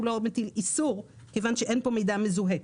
הוא לא מטיל איסור כיוון שאין כאן מידע מזוהה.